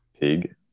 pig